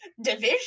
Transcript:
division